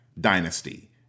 dynasty